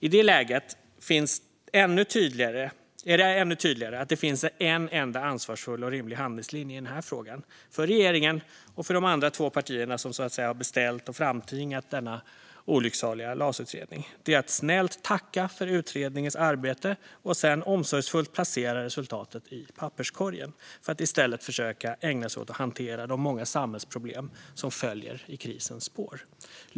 I det läget är det ännu tydligare att det finns en enda ansvarsfull och rimlig handlingslinje i frågan för regeringen och för de andra två partierna som har beställt och framtvingat denna olycksaliga LAS-utredning, nämligen att snällt tacka för utredningens arbete och sedan omsorgsfullt placera resultatet i papperskorgen för att i stället försöka ägna sig åt att hantera de många samhällsproblem som följer i krisens spår.